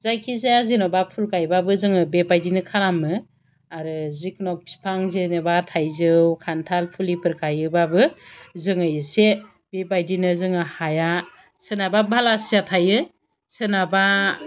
जायखि जाया जेन'बा फुल गायबाबो जोङो बेबादिनो खालामो आरो जिखुनु फिफां जेन'बा थायजौ खान्थाल फुलिफोर गाइयोबाबो जोङो एसे बेबादिनो जोङो हाया सोरनाबा बालासिया थायो सोरनाबा